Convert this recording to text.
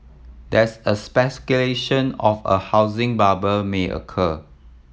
there is a speculation of a housing bubble may occur